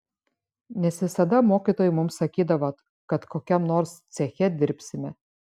nes visada mokytojai mums sakydavo kad kokiam nors ceche dirbsime